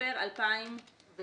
אוקטובר 2019, אז